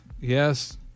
Yes